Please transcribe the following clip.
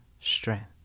strength